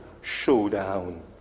Showdown